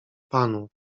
panu